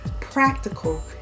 practical